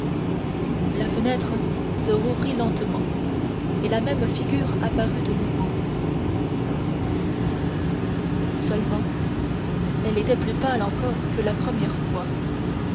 la fenêtre se rouvrit lentement et la même figure apparut de nouveau seulement elle était plus pâle encore que la première fois